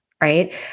right